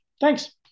Thanks